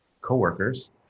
coworkers